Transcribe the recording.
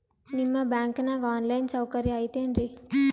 ನಿಮ್ಮ ಬ್ಯಾಂಕನಾಗ online ಸೌಕರ್ಯ ಐತೇನ್ರಿ?